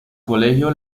colegio